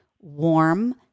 warm